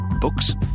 Books